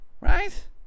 Right